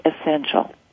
essential